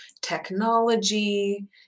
technology